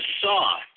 saw